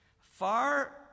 Far